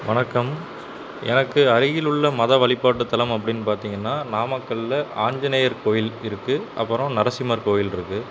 வணக்கம் எனக்கு அருகில் உள்ள மத வழிபாட்டு தலம் அப்படின்னு பார்த்திங்கன்னா நாமக்கல்லில் ஆஞ்சநேயர் கோவில் இருக்குது அப்புறம் நரசிம்மர் கோவில் இருக்குது